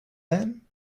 then